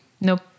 nope